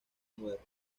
moderno